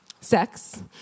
sex